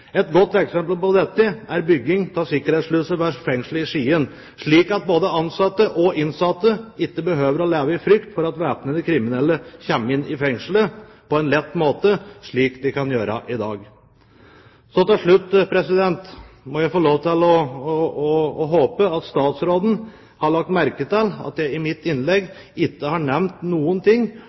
Et godt eksempel på dette er bygging av sikkerhetssluse ved fengslet i Skien, slik at både ansatte og innsatte ikke behøver å leve i frykt for at væpnede kriminelle kommer inn i fengslet på en lett måte, slik de kan i dag. Til slutt må jeg få lov til å håpe at statsråden har lagt merke til at jeg i mitt innlegg ikke har nevnt noen ting